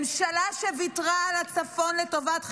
ממשלה שוויתרה על הצפון לטובת חיזבאללה,